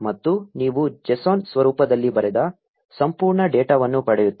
ಮತ್ತು ನೀವು JSON ಸ್ವರೂಪದಲ್ಲಿ ಬರೆದ ಸಂಪೂರ್ಣ ಡೇಟಾವನ್ನು ಪಡೆಯುತ್ತೀರಿ